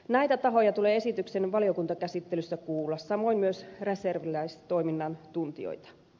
näitä tahoja tulee esityksen valiokuntakäsittelyssä kuulla samoin myös reserviläistoiminnan tuntijoita